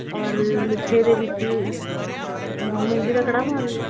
ਔਰ ਮਿੱਠੇ ਦੇ ਵਿੱਚ ਮੂੰਗੀ ਦਾ ਕੜਾਹ ਬਣਾ ਲਿਓ